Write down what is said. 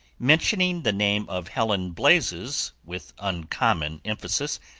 mentioning the name of helen blazes with uncommon emphasis,